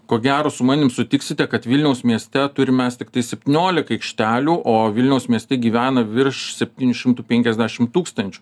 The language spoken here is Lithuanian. ko gero su manim sutiksite kad vilniaus mieste turim mes tiktai septyniolika aikštelių o vilniaus mieste gyvena virš septynių šimtų penkiasdešim tūkstančių